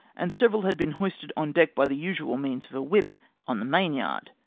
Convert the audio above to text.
and several had been hoisted on deck by the usual means of a whip on the mainyard.